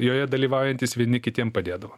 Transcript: joje dalyvaujantys vieni kitiem padėdavo